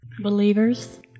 Believers